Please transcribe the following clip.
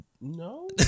No